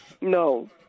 No